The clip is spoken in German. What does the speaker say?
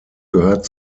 gehört